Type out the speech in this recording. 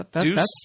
Deuce